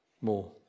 more